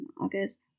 August